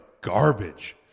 garbage